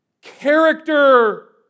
Character